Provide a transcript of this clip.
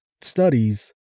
studies